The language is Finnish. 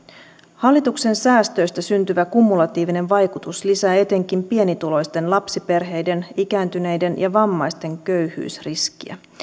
hallituksen säästöistä syntyvä kumulatiivinen vaikutus lisää etenkin pienituloisten lapsiperheiden ikääntyneiden ja vammaisten köyhyysriskiä